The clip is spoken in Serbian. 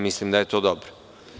Mislim da je to dobro.